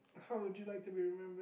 how would you liked to be remembered